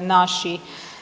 naši